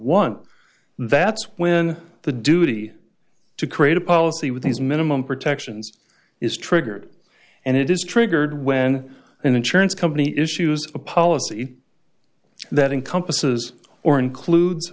one that's when the duty to create a policy with these minimum protections is triggered and it is triggered when an insurance company issues a policy that encompasses or includes